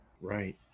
Right